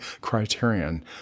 criterion